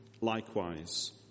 likewise